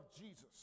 Jesus